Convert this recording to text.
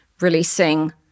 releasing